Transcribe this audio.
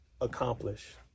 accomplish